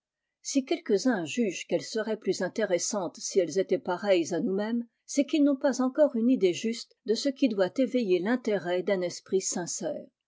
si quelques-uns jugent qu'elles seraient plus intéressantes si elles étaient pareilles à nous-mêmes c'est qu'ils nont pas encore une idée juste de ce qui doit éveiller l'intérêt d'un esprit sincère